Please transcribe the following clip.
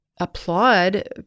applaud